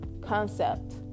concept